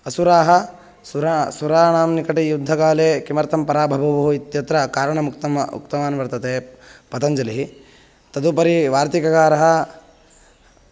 असुराः सुरासुराणां निकटे युद्धकाले किमर्थं पराभबूवुः इत्यत्र कारणम् उक्तम् उक्तवान् वर्तते पतञ्जलिः तदुपरि वार्तिककारः